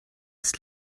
ist